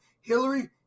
Hillary